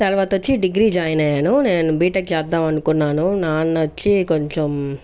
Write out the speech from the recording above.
తర్వాత వచ్చి degree join అయ్యాను నేను బీటెక్ చేద్దామనుకున్నాను నాన్న వచ్చి కొంచెం